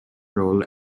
role